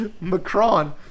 Macron